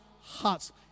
hearts